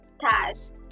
task